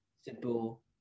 simple